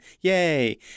Yay